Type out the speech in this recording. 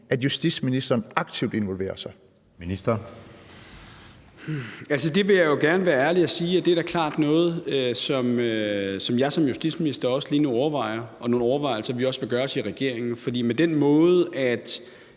Justitsministeren (Peter Hummelgaard): Altså, der vil jeg jo gerne være ærlig og sige, at det da klart er noget, som jeg som justitsminister også lige nu overvejer, og det er nogle overvejelser, som vi også vil gøre os i regeringen. For med den måde,